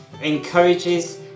encourages